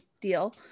deal